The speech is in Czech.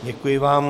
Děkuji vám.